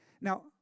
Now